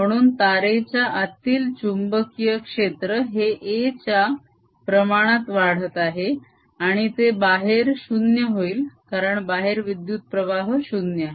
म्हणून तारेच्या आतील चुंबकीय क्षेत्र हे a च्या पप्रमाणात वाढत आहे आणि ते बाहेर 0 होईल कारण बाहेर विद्युत प्रवाह 0 आहे